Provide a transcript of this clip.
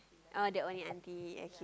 oh that one your auntie